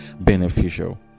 beneficial